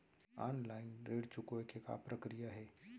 Online ऋण चुकोय के का प्रक्रिया हे?